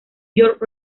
york